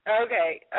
Okay